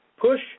push